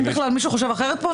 מישהו חושב פה אחרת?